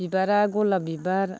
बिबारा गलाफ बिबार